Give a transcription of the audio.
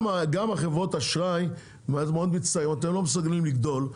גם חברות האשראי לא מסוגלות לגדול,